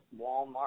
Walmart